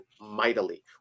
mightily